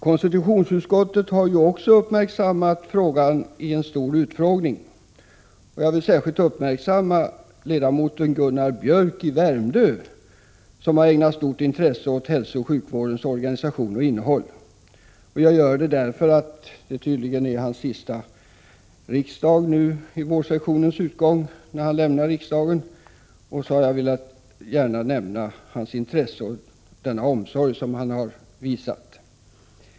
Konstitutionsutskottet har också uppmärksammat frågan i en stor utfrågning. Jag vill då särskilt uppmärksamma ledamoten Gunnar Biörck i Värmdö, som har ägnat stort intresse åt hälsooch sjukvårdens organisation och innehåll. Jag vill gärna nämna hans intresse och den omsorg han har visat eftersom det tydligen är hans sista riksmöte. Han lämnar riksdagen vid vårsessionens utgång.